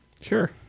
Sure